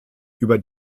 über